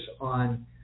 on